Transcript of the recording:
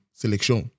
selection